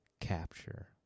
capture